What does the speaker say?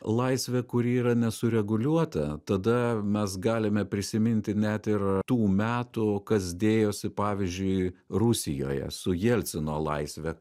laisvė kuri yra nesureguliuota tada mes galime prisiminti net ir tų metų kas dėjosi pavyzdžiui rusijoje su jelcino laisve